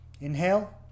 inhale